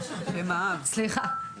אז